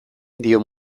dio